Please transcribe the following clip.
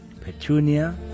Petunia